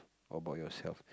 about yourself